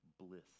bliss